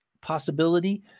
possibility